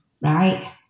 right